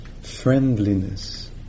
friendliness